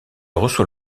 reçoit